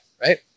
right